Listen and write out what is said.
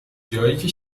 جاییکه